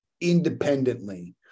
independently